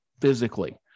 physically